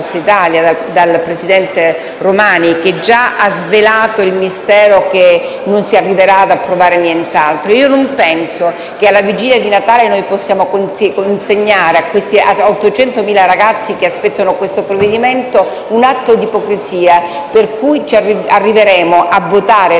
dal presidente Romani, che già ha svelato il mistero che non si arriverà ad approvare nient'altro. Io non penso che alla vigilia di Natale possiamo consegnare agli 800.000 ragazzi che aspettano questo provvedimento un atto di ipocrisia, per cui arriveremo a votare il